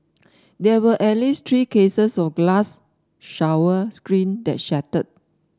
there were at least three cases of glass shower screen that shattered